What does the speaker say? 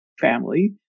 family